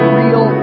real